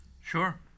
Sure